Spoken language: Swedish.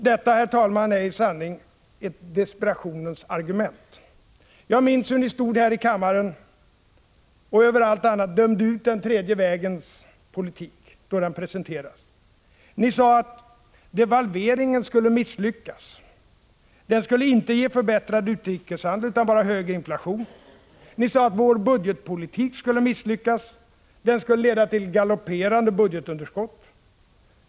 Detta, herr talman, är i sanning ett desperationens argument. Jag minns hur ni stod här i kammaren och mer än allt annat dömde ut den tredje vägens politik då den presenterades. Ni sade att devalveringen skulle misslyckas. Den skulle inte ge förbättrad utrikeshandel utan bara hög inflation. Ni sade att vår budgetpolitik skulle misslyckas. Den skulle leda till galopperande budgetunderskott.